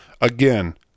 Again